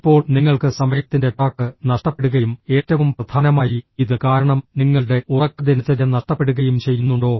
ഇപ്പോൾ നിങ്ങൾക്ക് സമയത്തിന്റെ ട്രാക്ക് നഷ്ടപ്പെടുകയും ഏറ്റവും പ്രധാനമായി ഇത് കാരണം നിങ്ങളുടെ ഉറക്ക ദിനചര്യ നഷ്ടപ്പെടുകയും ചെയ്യുന്നുണ്ടോ